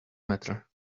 matter